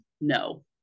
no